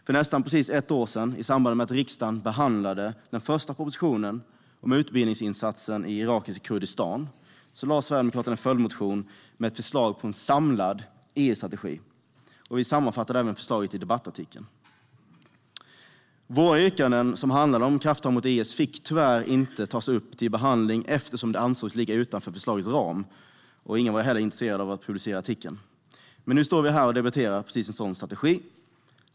För nästan precis ett år sedan, i samband med att riksdagen behandlade den första propositionen om utbildningsinsatsen i irakiska Kurdistan, väckte Sverigedemokraterna en följdmotion med förslag på en samlad IS-strategi. Vi sammanfattade även förslaget i en debattartikel. Våra yrkanden, som handlade om krafttag mot IS, fick tyvärr inte tas upp till behandling eftersom de ansågs ligga utanför förslagets ram. Ingen var heller intresserad av att publicera artikeln. Men nu står vi här och debatterar precis en sådan strategi.